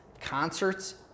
concerts